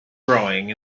growing